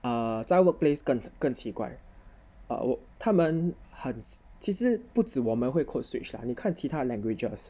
uh 在 workplace 更奇怪 but 他们很其实不止我们会 code switch lah 你看其他 languages